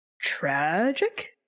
Tragic